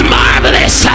marvelous